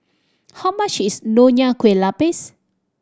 how much is Nonya Kueh Lapis